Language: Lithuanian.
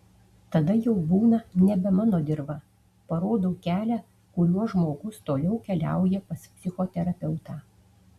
tada jau būna nebe mano dirva parodau kelią kuriuo žmogus toliau keliauja pas psichoterapeutą